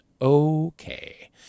Okay